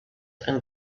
and